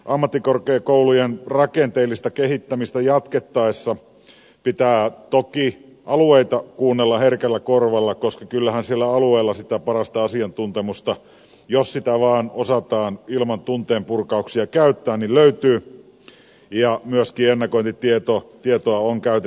ammattikorkeakoulujen rakenteellista kehittämistä jatkettaessa pitää toki alueita kuunnella herkällä korvalla koska kyllähän siellä alueilla sitä parasta asiantuntemusta jos sitä vaan osataan ilman tunteenpurkauksia käyttää löytyy ja myöskin ennakointitietoa on käytettävissä